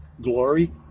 glory